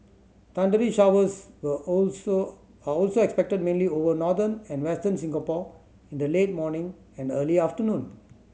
thundery showers will also are also expected mainly over northern and Western Singapore in the late morning and early afternoon